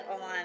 on